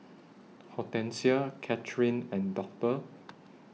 Hortencia Catherine and Doctor